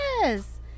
Yes